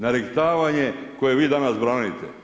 Nariktavanje koje vi danas branite.